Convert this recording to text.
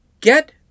get